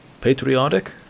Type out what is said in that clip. Patriotic